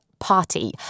party